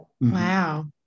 Wow